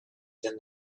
than